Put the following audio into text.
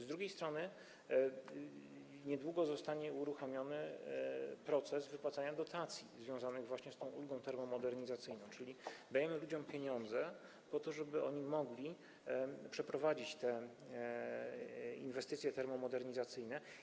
Z drugiej strony niedługo zostanie uruchomiony proces wypłacania dotacji związanych właśnie z tą ulgą termomodernizacyjną, czyli dajemy ludziom pieniądze po to, żeby oni mogli przeprowadzić inwestycje termomodernizacyjne.